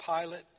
Pilate